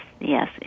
yes